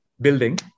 building